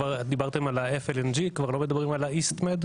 דיברתם על ה- FLNG, כבר לא מדברים על ה-EastMed.